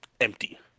empty